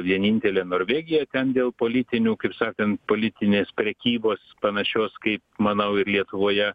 vienintelė norvegija ten dėl politinių kaip sakant politinės prekybos panašios kaip manau ir lietuvoje